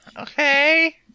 Okay